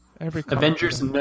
Avengers